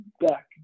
back